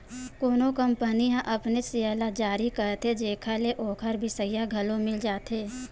कोनो कंपनी ह अपनेच सेयर ल जारी करथे जेखर ले ओखर बिसइया घलो मिल जाथे